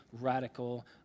radical